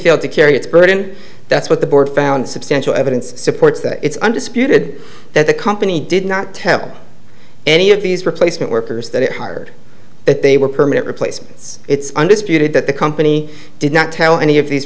its burden that's what the board found substantial evidence supports that it's undisputed that the company did not tell any of these replacement workers that it hired that they were permanent replacements it's undisputed that the company did not tell any of these